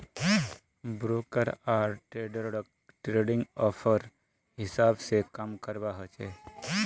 broker आर ट्रेडररोक trading hour हिसाब से काम करवा होचे